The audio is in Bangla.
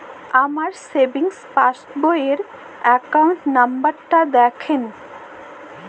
আমার সেভিংস পাসবই র অ্যাকাউন্ট নাম্বার টা দেখান?